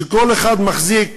שכל אחד מחזיק,